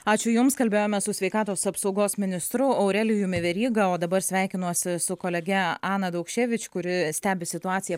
ačiū jums kalbėjome su sveikatos apsaugos ministru aurelijumi veryga o dabar sveikinuosi su kolege ana daukševič kuri stebi situaciją